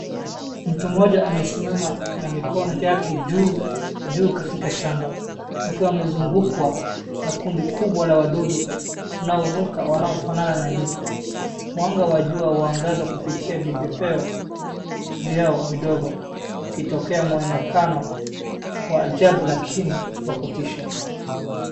Mtu mmoja amesimama na mikono yake juu katika shamba. Akiwa amezungukwa na kundi kubwa la wadudu wanaoruka wanaofanana na nyuki. Mwanga wa jua huangaza kupitia vipepeo vyao vidogo wakitokea mwonekano wa jabu lakini wa kutisha.